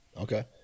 Okay